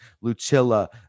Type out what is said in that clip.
Lucilla